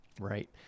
Right